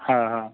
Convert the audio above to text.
હા હા